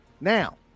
Now